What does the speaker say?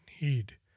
need